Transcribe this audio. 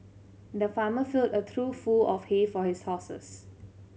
the farmer filled a trough full of hay for his horses